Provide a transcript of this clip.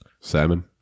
Salmon